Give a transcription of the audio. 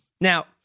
Now